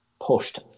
pushed